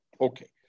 Okay